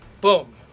Boom